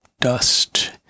dust